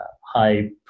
high